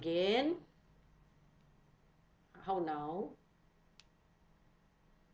again how now